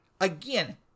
Again